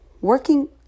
Working